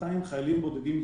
כ-1,200 חיילים בודדים מצה"ל.